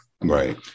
Right